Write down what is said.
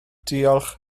diolch